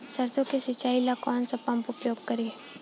सरसो के सिंचाई ला कौन सा पंप उपयोग करी?